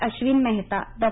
Ashwin Mehta Dr